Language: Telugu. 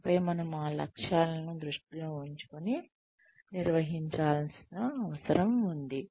ఆపై మనము ఆ లక్ష్యాలను దృష్టిలో ఉంచుకొని నిర్వహించాల్సిన అవసరం ఉంది